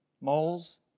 Moles